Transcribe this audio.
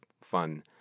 fun